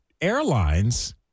airlines